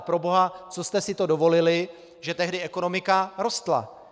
Proboha, co jste si to dovolili, že tehdy ekonomika rostla?